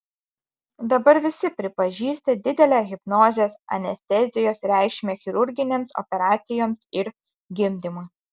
dabar visi pripažįsta didelę hipnozės anestezijos reikšmę chirurginėms operacijoms ir gimdymui